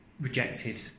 rejected